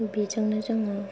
बेजोंनो जोङो